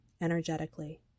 energetically